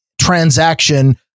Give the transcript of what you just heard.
transaction